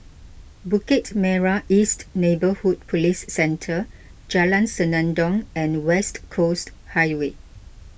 Bukit Merah East Neighbourhood Police Centre Jalan Senandong and West Coast Highway